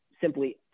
simply